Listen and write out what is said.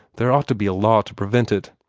there ought to be a law to prevent it.